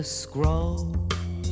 scroll